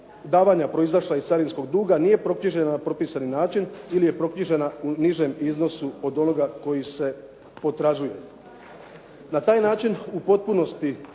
davanja proizašla iz carinskog duga nije proknjižena na propisani način ili je proknjižena u nižem iznosu od onoga koji se potražuje. Na taj način u potpunosti